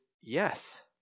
yes